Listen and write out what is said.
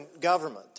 government